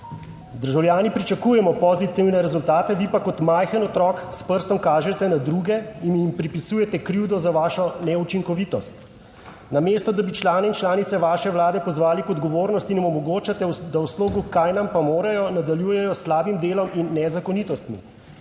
Državljani pričakujemo pozitivne rezultate, vi pa kot majhen otrok s prstom kažete na druge in jim pripisujete krivdo za vašo neučinkovitost, namesto da bi člane in članice vaše vlade pozvali k odgovornosti in jim omogočate, da v slogu »kaj nam pa morejo« nadaljujejo s slabim delom in nezakonitostmi.